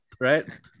Right